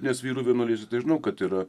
nes vyrų vienuolijose tai žinau kad yra